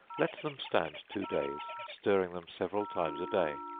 let them stand two days, stirring them several times a day,